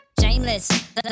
Shameless